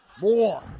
More